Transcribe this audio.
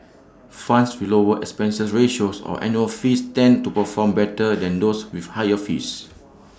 funds with lower expense ratios or annual fees tend to perform better than those with higher fees